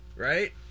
right